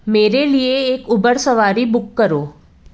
मेरे लिए एक उबर सवारी बुक करो